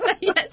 Yes